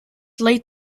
late